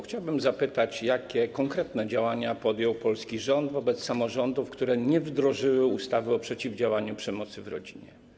Chciałbym zapytać, jakie konkretne działania podjął polski rząd wobec samorządów, które nie wdrożyły ustawy o przeciwdziałaniu przemocy w rodzinie.